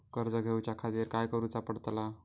कर्ज घेऊच्या खातीर काय करुचा पडतला?